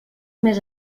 més